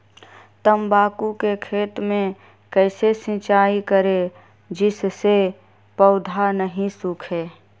तम्बाकू के खेत मे कैसे सिंचाई करें जिस से पौधा नहीं सूखे?